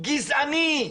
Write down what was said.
גזעני.